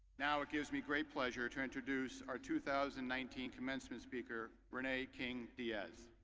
now it gives me great pleasure to introduce our two thousand nineteen commencement speaker rene king diaz.